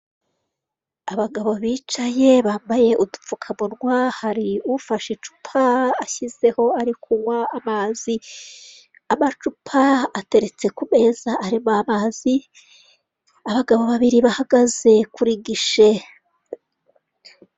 Abagabo bicaye bambaye udupfukamunwa hari ufashe icupa ashyizeho ari kunywa amazi, amacupa ateretse ku meza arimo amazi, abagabo babiri bahagaze kuri gishe.